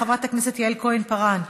חברת הכנסת יעל כהן-פארן,